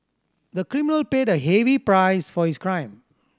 the criminal paid a heavy price for his crime